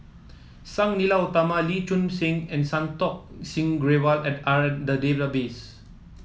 Sang Nila Utama Lee Choon Seng and Santokh Singh Grewal at are in the database